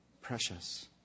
precious